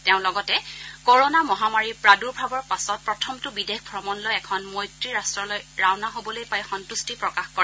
তেওঁ লগতে কৰণা মহামাৰীৰ প্ৰাদূৰ্ভাৱৰ পাছত প্ৰথমটো বিদেশ ভ্ৰমণ লৈ এখন মৈত্ৰী ৰাষ্টলৈ ৰাওনা হ'বলৈ পাই সন্তুষ্টি প্ৰকাশ কৰে